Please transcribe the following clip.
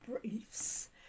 briefs